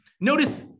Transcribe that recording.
notice